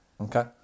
Okay